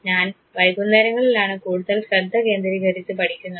ഞാൻ വൈകുന്നേരങ്ങളിലാണ് കൂടുതൽ ശ്രദ്ധ കേന്ദ്രീകരിച്ച് പഠിക്കുന്നത്